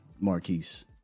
Marquise